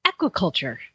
aquaculture